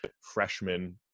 freshman